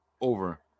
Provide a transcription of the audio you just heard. over